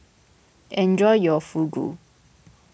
enjoy your Fugu